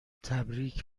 تبریک